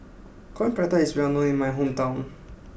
Coin Prata is well known in my hometown